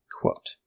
Quote